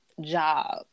job